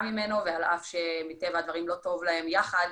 ממנו ועל אף שמטבע הדברים לא טוב להם יחד.